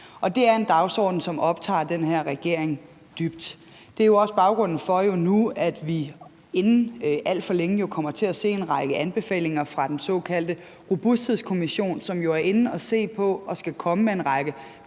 Det er en dagsorden, som optager den her regering dybt. Det er jo også baggrunden for, at vi nu inden alt for længe kommer til at se en række anbefalinger fra den såkaldte Robusthedskommission, som jo er inde at se på og skal komme med en række